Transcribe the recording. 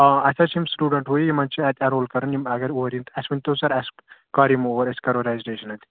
آ اَسہِ حظ چھِ یِم سُٹوٗڈَنٛٹ ہُہ یہِ یِمَن چھِ اَتہِ ایٚنرول کَرٕنۍ یِم اگر اور یِن اَسہِ ؤنۍ تَو سَر اَسہِ کَر یِمَو اور أسۍ کَرَو رَجَسٹریشَن اَتہِ